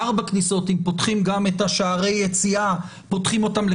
ארבע כניסות אם פותחים גם את שערי היציאה לכניסה.